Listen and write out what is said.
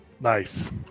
Nice